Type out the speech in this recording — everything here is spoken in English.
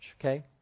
okay